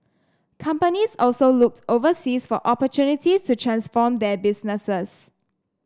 companies also looked overseas for opportunities to transform their businesses